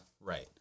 Right